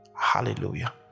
hallelujah